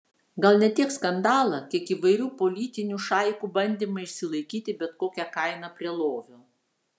gal ne tiek skandalą kiek įvairių politinių šaikų bandymą išsilaikyti bet kokia kaina prie lovio